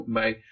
bij